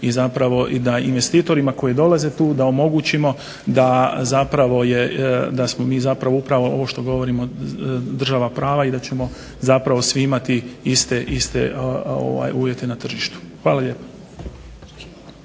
i zapravo i da investitorima koji dolaze tu da omogućimo da smo mi zapravo upravo ovo što govorimo, država prava i da ćemo zapravo svi imati iste uvjete na tržištu. Hvala lijepo.